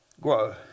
grow